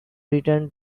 returned